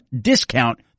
Discount